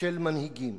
של מנהיגים